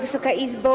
Wysoka Izbo!